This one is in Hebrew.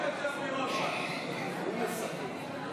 הוא מסכם.